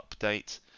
update